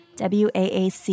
WAAC